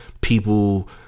people